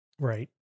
right